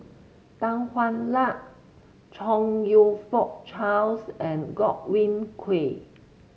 Tan Hwa Luck Chong You Fook Charles and Godwin Koay